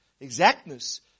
Exactness